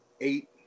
eight